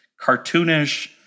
cartoonish